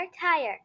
tire